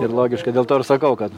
ir logiška dėl to ir sakau kad